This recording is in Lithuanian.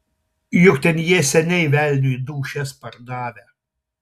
juk ten jie seniai velniui dūšias pardavę